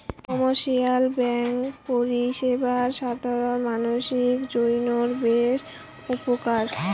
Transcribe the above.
commercial bank পরিষেবা সাধারণ মানসির জইন্যে বেশ উপকার